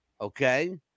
Okay